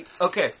Okay